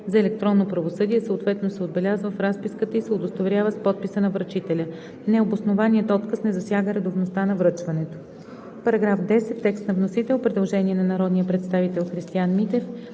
за електронно правосъдие, съответно се отбелязва в разписката и се удостоверява с подписа на връчителя. Необоснованият отказ не засяга редовността на връчването.“ По § 10 има предложение на народния представител Христиан Митев